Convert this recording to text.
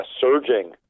surging